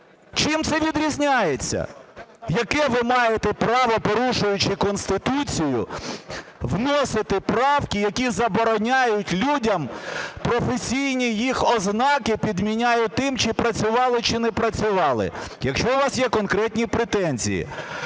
Чим це відрізняється? Яке ви маєте право, порушуючи Конституцію, вносити правки, які забороняють людям, професійні їх ознаки підміняють тим, чи працювали, чи не працювали? Якщо у вас є конкретні претензії,